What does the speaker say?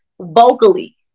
vocally